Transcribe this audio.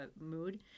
mood